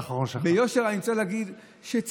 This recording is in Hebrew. מאחר שלראשונה מאז קום המדינה יש לנו ממשלה שאיננה